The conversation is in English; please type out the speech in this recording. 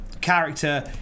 character